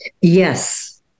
Yes